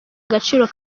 agaciro